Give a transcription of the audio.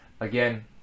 again